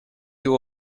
you